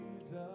Jesus